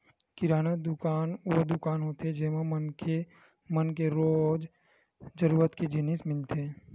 किराना दुकान वो दुकान होथे जेमा मनखे मन के रोजे जरूरत के जिनिस मिलथे